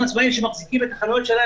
אותם עצמאים שמחזיקים את החנויות שלהם,